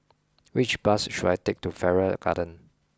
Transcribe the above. which bus should I take to Farrer Garden